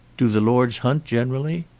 do the lords hunt generally?